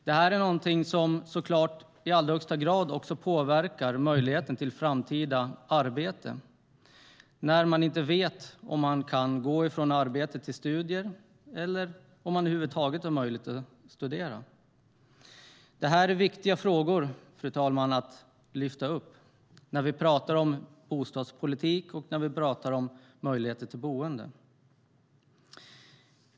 Detta påverkar också i allra högsta grad möjligheten till framtida arbete, när man inte vet om man kan gå från arbete till studier eller om det över huvud taget är möjligt att studera. Fru talman! Det här är viktiga frågor att lyfta fram när vi pratar om bostadspolitik och när vi pratar om möjligheten till boende.